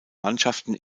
mannschaften